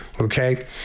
Okay